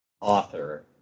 author